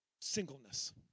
singleness